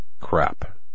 crap